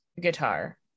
guitar